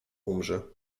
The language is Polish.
umrze